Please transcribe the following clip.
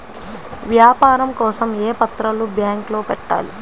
వ్యాపారం కోసం ఏ పత్రాలు బ్యాంక్లో పెట్టాలి?